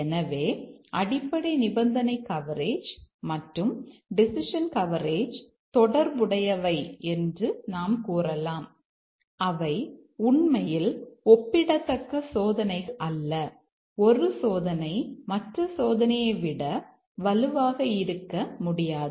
எனவே அடிப்படை நிபந்தனை கவரேஜ் மற்றும் டெசிஷன் கவரேஜ் தொடர்புடையவை என்று நாம் கூறலாம் அவை உண்மையில் ஒப்பிடத்தக்க சோதனைகள் அல்ல ஒரு சோதனை மற்ற சோதனையை விட வலுவாக இருக்க முடியாது